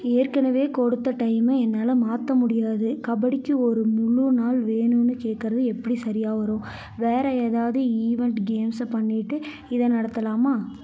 ஏற்கனவே கொடுத்த டைமில் என்னால் மாற்ற முடியாது கபடிக்கு ஒரு முழு நாள் வேணும்னு கேட்கறது எப்படி சரியாக வரும் வேறு ஏதாவது ஈவண்ட் கேன்ஸல் பண்ணிவிட்டு இதை நடத்தலாமா